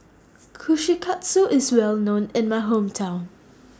Kushikatsu IS Well known in My Hometown